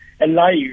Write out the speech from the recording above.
alive